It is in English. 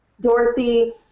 Dorothy